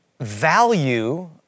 value